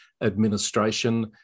administration